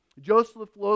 Joseph